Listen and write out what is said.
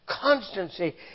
constancy